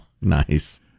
Nice